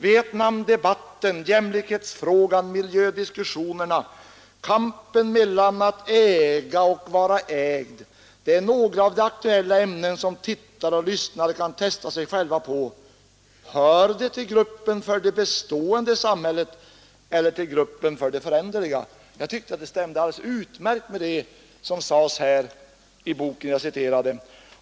Vietnamdebatten, jämlighetsfrågan, miljödiskussionerna, kampen mellan att äga och vara ägd — det är några av de aktuella ämnen som tittare och lyssnare kan testa sig själva på: hör de till gruppen för det bestående i samhället eller till gruppen för det föränderliga?” Jag tyckte att det stämde alldeles utmärkt med det som sades i den bok jag citerade.